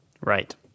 Right